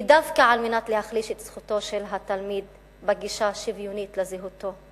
היא דווקא על מנת להחליש את זכותו של התלמיד בגישה השוויונית לזהותו.